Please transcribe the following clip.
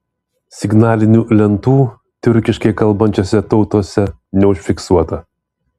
signalinių lentų tiurkiškai kalbančiose tautose neužfiksuota